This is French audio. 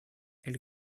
elle